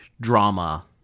drama